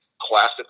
classic